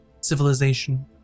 civilization